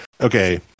Okay